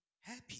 happy